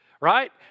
right